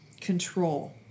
Control